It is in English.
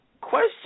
question